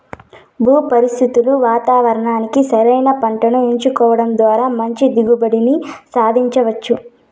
భూ పరిస్థితులు వాతావరణానికి సరైన పంటను ఎంచుకోవడం ద్వారా మంచి దిగుబడిని సాధించవచ్చు